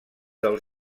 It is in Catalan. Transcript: del